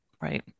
right